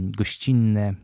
gościnne